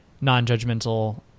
non-judgmental